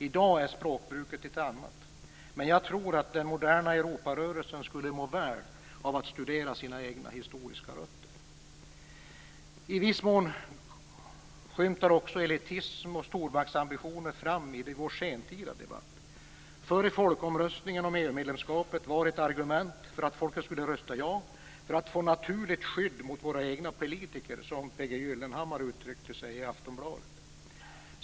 I dag är språkbruket ett annat men jag tror att den moderna Europarörelsen skulle må väl av att studera de egna historiska rötterna. I viss mån skymtar också elitism och stormaktsambitioner fram i vår sentida debatt. Före folkomröstningen om EU-medlemskapet var ett argument för att folket skulle rösta ja att det var "för att få ett naturligt skydd mot våra egna politiker", som P G Gyllenhammar uttryckte sig i Aftonbladet.